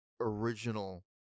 original